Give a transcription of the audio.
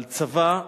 צבא